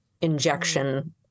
injection